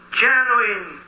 genuine